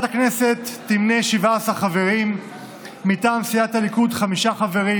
בממשלה שמנה החוק הזה הוא פשוט חוק חזירי,